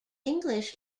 english